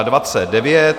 29.